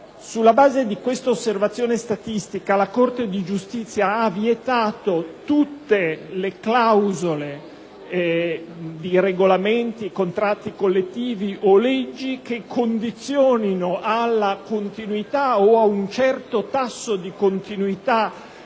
Sulla base di questa osservazione statistica, la Corte di giustizia ha vietato tutte le clausole di regolamenti, contratti collettivi o leggi che condizionino alla continuità, o ad un certo tasso di continuità,